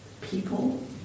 people